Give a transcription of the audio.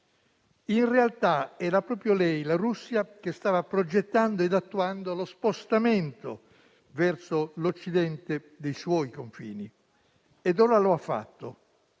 in realtà era proprio la Russia di Putin che stava progettando e attuando lo spostamento verso l'occidente dei suoi confini, E ora lo ha fatto.